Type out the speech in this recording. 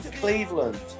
Cleveland